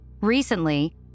Recently